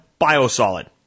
biosolid